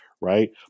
right